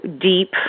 deep